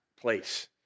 place